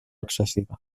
excessiva